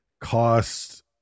cost